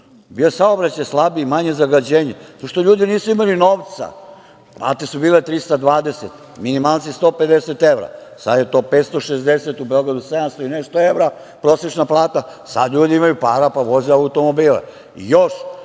jer saobraćaj slabiji, manje zagađenje, zato što ljudi nisu imali novca, plate su bile 320, minimalci 150 evra, sada je to 560, u Beogradu 700 i nešto evra, prosečna plata, sada ljudi imaju para, pa voze automobile,